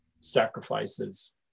sacrifices